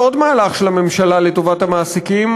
על עוד מהלך של הממשלה לטובת המעסיקים,